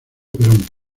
perón